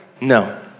No